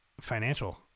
financial